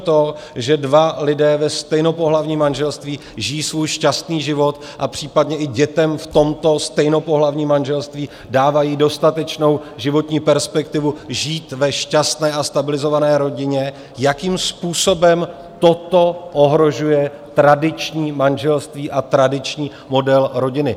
To, že dva lidé ve stejnopohlavním manželství žijí svůj šťastný život a případně i dětem v tomto stejnopohlavním manželství dávají dostatečnou životní perspektivu žít ve šťastné a stabilizované rodině, jakým způsobem toto ohrožuje tradiční manželství a tradiční model rodiny?